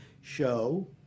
show